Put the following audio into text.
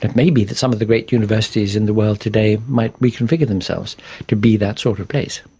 it may be that some of the great universities in the world today might reconfigure themselves to be that sort of place.